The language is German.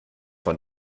von